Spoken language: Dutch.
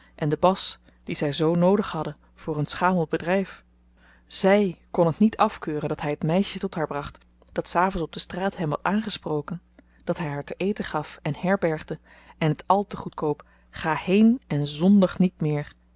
en de bas die zy zoo noodig hadden voor hun schamel bedryf zy kon het niet afkeuren dat hy t meisje tot haar bracht dat savends op de straat hem had aangesproken dat hy haar te eten gaf en herbergde en t àl te goedkoop ga heen en zondig niet meer